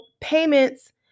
payments